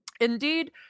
Indeed